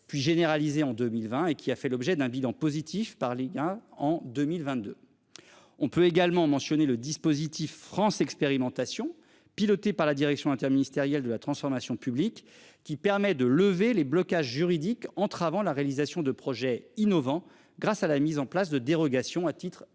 puis généralisé en 2020 et qui a fait l'objet d'un bilan positif par les gains en 2022. On peut également mentionner le dispositif France expérimentation. Piloté par la direction interministériel de la transformation publique qui permet de lever les blocages juridiques entravant la réalisation de projets innovants grâce à la mise en place de dérogation à titre